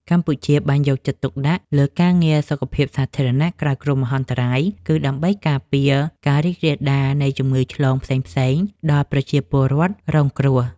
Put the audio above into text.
កម្ពុជាបានយកចិត្តទុកដាក់លើការងារសុខភាពសាធារណៈក្រោយគ្រោះមហន្តរាយ គឺដើម្បីការពារការរីករាលដាលនៃជំងឺឆ្លងផ្សេងៗដល់ប្រជាពលរដ្ឋរងគ្រោះ។